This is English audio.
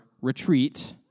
retreat